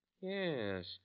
Yes